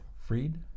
Freed